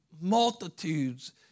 multitudes